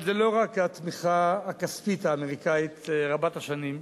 אבל זו לא רק התמיכה הכספית האמריקנית רבת השנים,